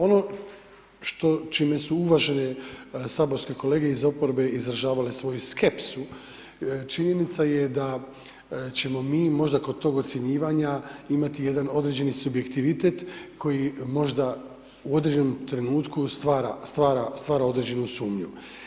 Ono čime su uvažene saborske kolege iz oporbe izražavale svoju skepsu činjenica je da ćemo mi možda kod tog ocjenjivanja imati jedan određeni subjektivitet koji možda u određenom trenutku stvara, stvara, stvara određenu sumnju.